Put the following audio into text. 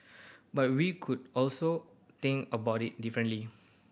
but we could also think about it differently